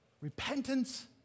repentance